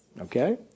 Okay